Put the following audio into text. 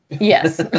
Yes